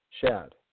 shad